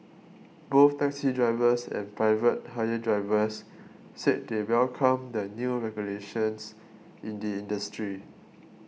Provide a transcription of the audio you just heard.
both taxi drivers and private hire drivers said they welcome the new regulations in the industry